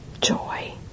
joy